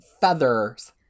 feather's